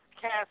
cast